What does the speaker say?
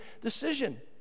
decision